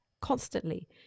constantly